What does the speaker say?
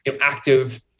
active